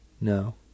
No